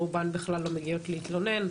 רובן בכלל לא מגיעות להתלונן,